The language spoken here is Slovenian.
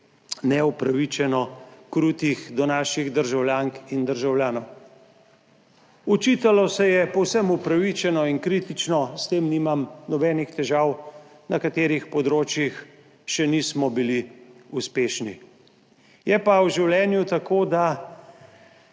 neupravičeno krutih do naših državljank in državljanov. Očitalo se je povsem upravičeno in kritično, s tem nimam nobenih težav, na katerih področjih še nismo bili uspešni. Je pa v življenju tako, da